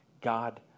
God